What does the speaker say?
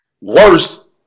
worse